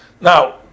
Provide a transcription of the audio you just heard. now